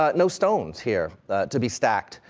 ah no stones here to be stacked,